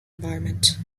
environment